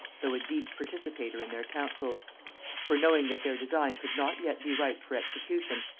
though a deep participator in their counsels for knowing that their design could not yet be ripe for execution,